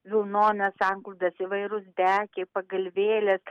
vilnonės antklodės įvairūs dekiai pagalvėlės